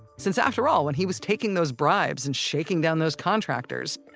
since after all when he was taking those bribes and shaking down those contractors,